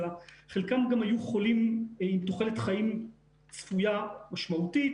חלקם היו חולים עם תוחלת חיים צפויה משמעותית.